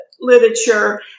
literature